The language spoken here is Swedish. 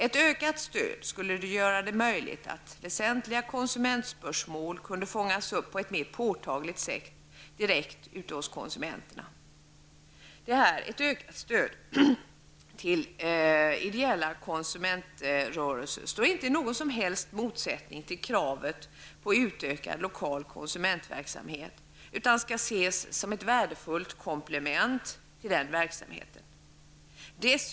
Ett ökat stöd skulle göra det möjligt att fånga upp väsentliga konsumentspörsmål på ett mer påtagligt sätt direkt ute hos konsumenterna. Ett ökat stöd till ideella konsumentrörelser står inte i någon som helst motsättning till kravet på utökad lokal konsumentverksamhet, utan skall ses som ett värdefullt komplement till den verksamheten.